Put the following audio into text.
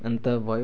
अन्त भयो